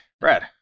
brad